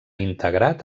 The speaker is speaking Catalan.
integrat